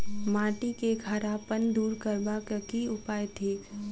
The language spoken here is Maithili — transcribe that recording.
माटि केँ खड़ापन दूर करबाक की उपाय थिक?